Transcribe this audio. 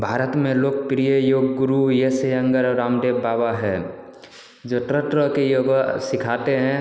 भारत में लोकप्रिय योग गुरु यस यंगर और रामदेव बाबा हैं जो तरह तरह के योगा सिखाते हैं